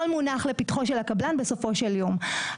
הכול מונח לפתחו של הקבלן בסופו של יום.